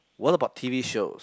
what about t_v shows